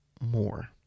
more